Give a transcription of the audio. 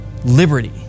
Liberty